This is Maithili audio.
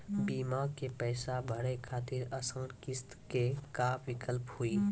बीमा के पैसा भरे खातिर आसान किस्त के का विकल्प हुई?